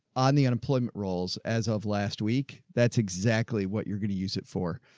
on the unemployment rolls as of last week. that's exactly what you're going to use it for.